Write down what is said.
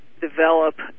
develop